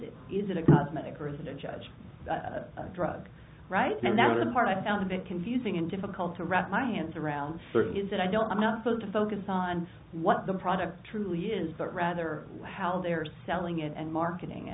t isn't a cosmetic resident judge a drug right now that are part of found it confusing and difficult to wrap my hands around certain is that i don't i'm not supposed to focus on what the product truly is but rather how they're selling it and marketing